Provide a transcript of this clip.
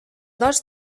dos